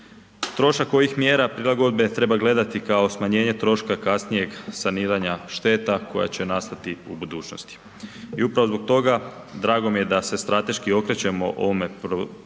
Trošak ovih mjera prilagodbe treba gledati kao smanjenje troška kasnijeg saniranja šteta koja će nastati u budućnosti. I upravo zbog toga drago mi je da se strateški okrećemo ovome problemu